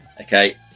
Okay